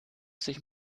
sich